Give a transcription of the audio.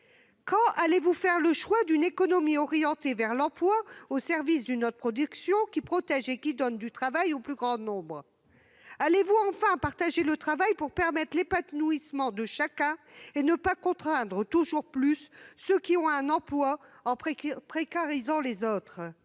Quand allez-vous faire le choix d'une économie orientée vers l'emploi, au service d'une autre production, qui protège et qui donne du travail au plus grand nombre ? Allez-vous enfin partager le travail pour permettre l'épanouissement de chacun et cesser de contraindre toujours plus ceux qui ont un emploi tout en précarisant les autres ?